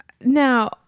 Now